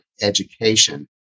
education